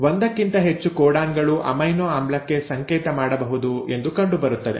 ಒಂದಕ್ಕಿಂತ ಹೆಚ್ಚು ಕೋಡಾನ್ ಗಳು ಅಮೈನೊ ಆಮ್ಲಕ್ಕೆ ಸಂಕೇತ ಮಾಡಬಹುದು ಎಂದು ಕಂಡುಬರುತ್ತದೆ